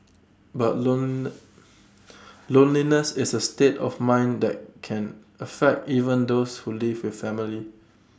but lonely loneliness is A state of mind that can affect even those who live with family